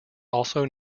also